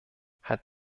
hat